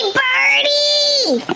birdie